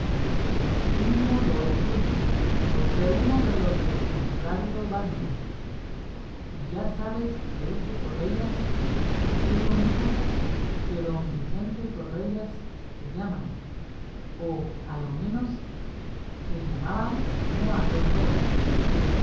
que asimismo lo es tuyo por ser uno de los de tu contrario bando y ya sabes que este torrellas tiene un hijo que don vicente torrellas se llama o a lo menos se llamaba no ha dos horas